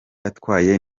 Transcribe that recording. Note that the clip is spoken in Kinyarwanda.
atwaye